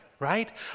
right